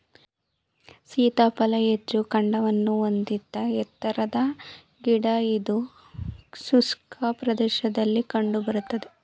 ಸೀತಾಫಲ ಹೆಚ್ಚು ಕಾಂಡವನ್ನು ಹೊಂದಿದ ಎತ್ತರದ ಗಿಡ ಇದು ಶುಷ್ಕ ಪ್ರದೇಶದಲ್ಲಿ ಕಂಡು ಬರ್ತದೆ